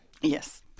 Yes